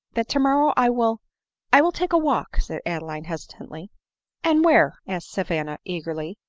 that tomorrow i will ai will take a walk, said adeline hesitatingly. and where? asked savanna eagerly.